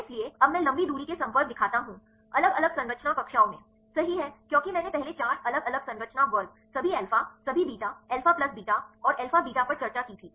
इसलिए अब मैं लंबी दूरी के संपर्क दिखाता हूं अलग अलग संरचना कक्षाओं में सही है क्योंकि मैंने पहले चार अलग अलग संरचना वर्ग सभी अल्फा सभी बीटा अल्फा प्लस बीटा और अल्फा बीटा पर चर्चा की थी